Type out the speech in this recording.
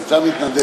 מבצע מתנדב.